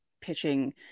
pitching